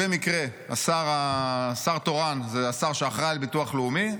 במקרה השר התורן זה השר שאחראי לביטוח הלאומי,